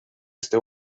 este